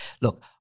look